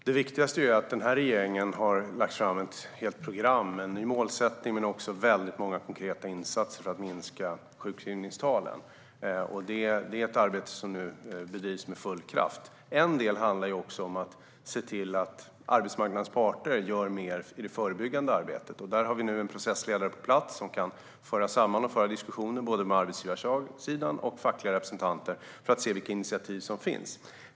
Herr talman! Det viktigaste är att regeringen har lagt fram ett helt program, med ny målsättning men också många konkreta insatser, för att minska sjukskrivningstalen. Det är ett arbete som bedrivs med full kraft. En del handlar om att se till att arbetsmarknadens parter gör mer i det förebyggande arbetet. Där har vi nu en processledare på plats, som kan föra samman och föra diskussioner med både arbetsgivarsidan och fackliga representanter för att se vilka initiativ som finns.